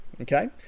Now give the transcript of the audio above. Okay